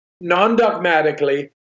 non-dogmatically